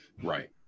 Right